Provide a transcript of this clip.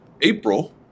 April